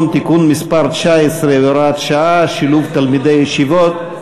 (תיקון מס' 19 והוראת שעה) (שילוב תלמידי ישיבות)